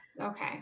Okay